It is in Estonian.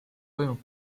toimub